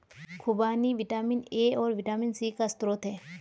खूबानी vitamin A और vitamin C का स्रोत है